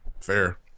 Fair